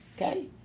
Okay